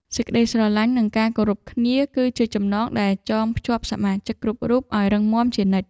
សេចក្តីស្រឡាញ់ និងការគោរពគ្នា គឺជាចំណងដែលចងភ្ជាប់សមាជិកគ្រប់រូបឱ្យរឹងមាំជានិច្ច។